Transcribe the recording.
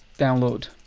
download